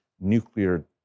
nuclear